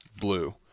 blue